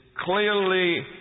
clearly